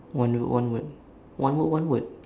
one word one word one word one word